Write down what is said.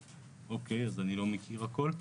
אוקיי, אז אני לא מכיר הכול.